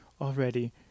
already